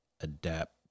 adapt